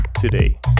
today